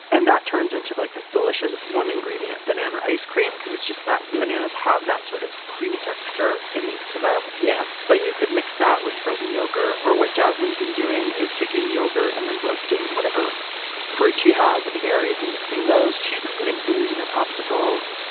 and that turns into like this delicious one-ingredient banana ice cream because it's just that bananas have that sort of creamy texture innate to them. yeah but you could mix that with frozen yogurt. or what jasmine's been doing is taking yogurt and then roasting whatever fruit she has and berries and mixing those. she's been putting booze in her popsicles.